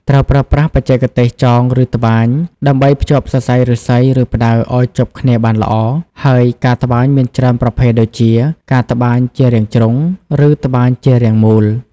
ត្រូវប្រើប្រាស់បច្ចេកទេស ចង ឬ ត្បាញ ដើម្បីភ្ជាប់សរសៃឫស្សី ឬផ្តៅឲ្យជាប់គ្នាបានល្អ ហើយការត្បាញមានច្រើនប្រភេទ ដូចជា ការត្បាញជារាងជ្រុង ឬត្បាញជារាងមូល។